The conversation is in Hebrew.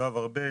יואב ארבל,